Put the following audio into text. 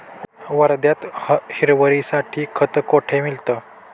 वर्ध्यात हिरवळीसाठी खत कोठे मिळतं?